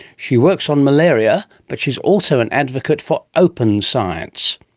she works on malaria but she's also an advocate for open science.